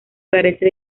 carece